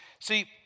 See